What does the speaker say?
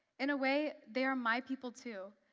in a way, they are my people too.